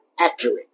accurate